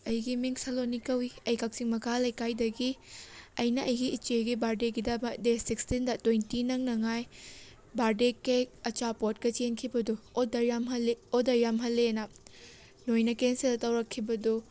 ꯑꯩꯒꯤ ꯃꯤꯡ ꯁꯂꯣꯅꯤ ꯀꯧꯋꯤ ꯑꯩ ꯀꯛꯆꯤꯡ ꯃꯈꯥ ꯂꯩꯀꯥꯏꯗꯒꯤ ꯑꯩꯅ ꯑꯩꯒꯤ ꯏꯆꯦꯒꯤ ꯕꯥꯔꯗꯦꯒꯤꯗꯃꯛ ꯗꯦꯠ ꯁꯤꯛꯁꯇꯤꯟꯗ ꯇ꯭ꯋꯦꯟꯇꯤ ꯅꯪꯅꯉꯥꯏ ꯕꯥꯔꯗꯦ ꯀꯦꯛ ꯑꯆꯥꯄꯣꯠꯀ ꯆꯦꯟꯈꯤꯕꯗꯨ ꯑꯣꯔꯗꯔ ꯌꯥꯝ ꯍꯜꯂꯤ ꯑꯣꯔꯗꯔ ꯌꯥꯝ ꯍꯜꯂꯦꯅ ꯅꯣꯏꯅ ꯀꯦꯟꯁꯦꯜ ꯇꯧꯔꯛꯈꯤꯕꯗꯨ